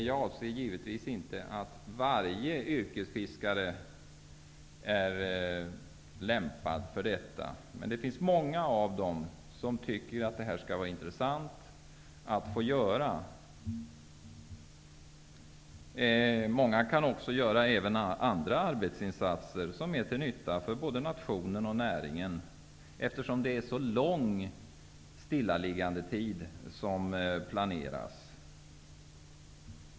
Jag anser givetvis inte att varje yrkesfiskare är lämpad för detta. Men det finns många av dem som tycker att detta skulle vara intressant att få göra. Många kan också göra andra arbetsinsatser som är till nytta för både nationen och näringen, eftersom det är en så lång stillaliggandetid som planeras.